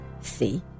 See